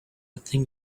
think